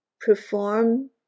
perform